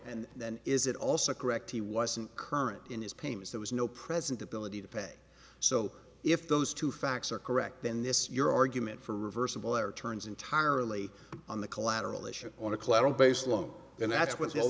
and then is it also correct he wasn't current in his payments there was no present ability to pay so if those two facts are correct then this your argument for reversible error turns entirely on the collateral issue on a collateral base law and that's what